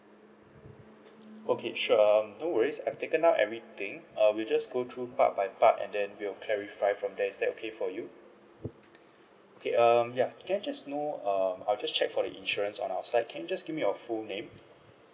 okay sure um no worries I've taken down everything uh we'll just go through part by part and then we'll clarify from there is that okay for you okay um yeah can I just know um I'll just check for the insurance on our side can you just give me your full name